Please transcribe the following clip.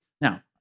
Now